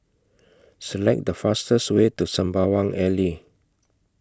Select The fastest Way to Sembawang Alley